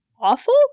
awful